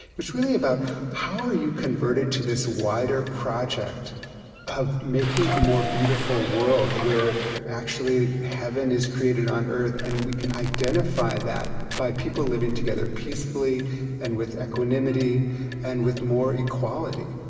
was really about how are you converted to this wider project of making a more beautiful world where actually heaven is created on earth and we can identify that by people living together peacefully and with equanimity and with more equality